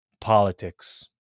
politics